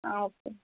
okay